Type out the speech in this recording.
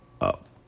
up